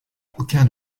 aucun